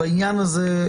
בעניין הזה,